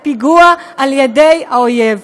בפיגוע על ידי האויב.